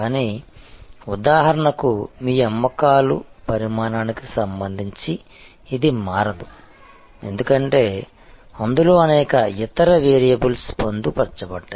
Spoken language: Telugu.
కానీ ఉదాహరణకు మీ అమ్మకాలు పరిమాణానికి సంబంధించి ఇది మారదు ఎందుకంటే అందులో అనేక ఇతర వేరియబుల్స్ పొందుపరచబడ్డాయి